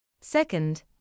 Second